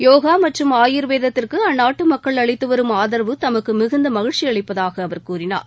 யோகா மற்றும் ஆயுர்வேதத்திற்கு அந்நாட்டு மக்கள் அளித்து வரும் ஆதரவு தமக்கு மிகுந்த மகிழ்ச்சி அளிப்பதாக அவர் கூறினார்